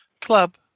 club